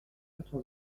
quatre